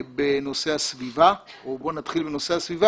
בנושא הסביבה או בואו נתחיל בנושא הסביבה